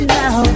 now